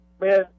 man